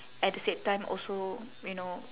at the same time also you know